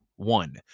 One